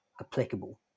applicable